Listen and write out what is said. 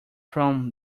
from